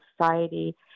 Society